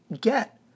get